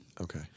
Okay